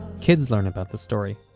kids learn about the story.